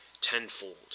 tenfold